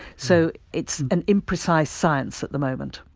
so, it's an imprecise science at the moment.